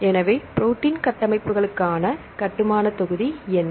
எனவே ப்ரோடீன் கட்டமைப்புகளுக்கான கட்டுமானத் தொகுதி என்ன